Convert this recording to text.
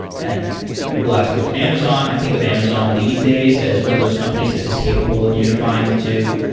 and you last worked in amazon. i think of amazon these days as one of those companies that is capable of unifying the two.